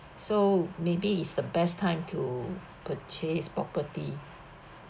so maybe it's the best time to purchase property